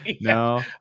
No